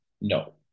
No